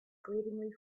glaringly